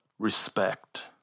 Respect